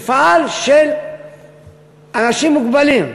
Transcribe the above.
מפעל של אנשים מוגבלים.